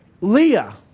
Leah